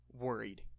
worried